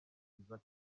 byiza